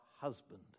husband